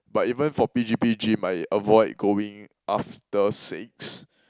but even for P_G_P gym I avoid going after six